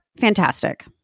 Fantastic